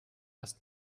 erst